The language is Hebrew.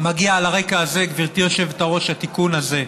על הרקע הזה, גברתי היושבת-ראש, מגיע התיקון הזה.